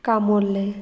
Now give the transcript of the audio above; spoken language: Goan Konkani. कामोर्ले